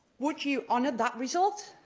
would you honour that result?